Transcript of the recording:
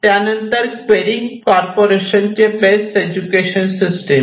त्यानंतर क्वेरीम कॉर्पोरेशनचे बेस्ट एज्युकेशन सिस्टीम